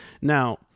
Now